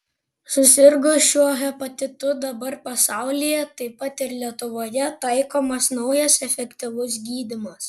susirgus šiuo hepatitu dabar pasaulyje taip pat ir lietuvoje taikomas naujas efektyvus gydymas